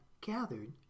gathered